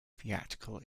theatrical